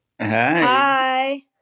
Hi